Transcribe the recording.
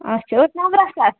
اچھا أتھۍ نَمبرَس